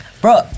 Bro